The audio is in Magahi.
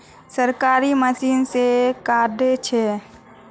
सरकारी मशीन से कार्ड छै?